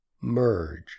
merge